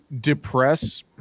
depress